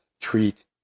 treat